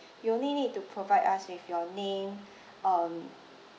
you only need to provide us with your name um